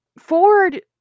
Ford